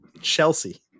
Chelsea